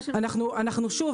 אנחנו שוב,